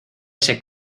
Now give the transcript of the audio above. ese